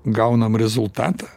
gaunam rezultatą